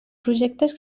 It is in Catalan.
projectes